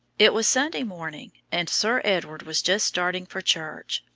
it was sunday morning, and sir edward was just starting for church.